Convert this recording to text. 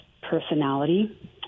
personality